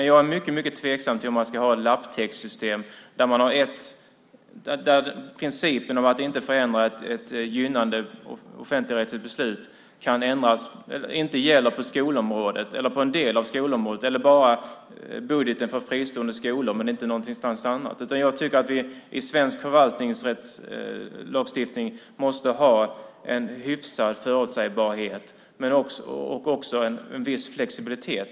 Jag är dock mycket tveksam till att man ska ha ett lapptäckssystem där principen om att inte förändra ett gynnande offentligrättsligt beslut inte gäller på skolområdet, på en del av skolområdet eller bara för budgeten för fristående skolor och inte någon annanstans. Jag tycker att vi i svensk förvaltningsrättslagstiftning måste ha en hyfsad förutsägbarhet och också en viss flexibilitet.